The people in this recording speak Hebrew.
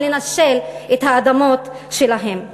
ולנשל את האדמות שלהם.